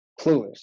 clueless